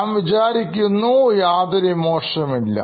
ഞാൻ വിചാരിക്കുന്നു യാതൊരു ഇമോഷൻ ഇല്ല